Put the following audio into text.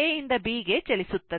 A ಯಿಂದ B ಗೆ ಚಲಿಸುತ್ತದೆ